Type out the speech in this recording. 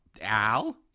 Al